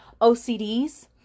ocds